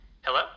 Hello